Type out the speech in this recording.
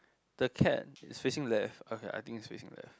the cat is facing left okay I think it's facing left